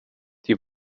die